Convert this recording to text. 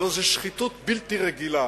הלוא זה שחיתות בלתי רגילה,